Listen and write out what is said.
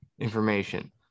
information